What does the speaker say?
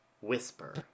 whisper